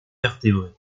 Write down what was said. vertébrés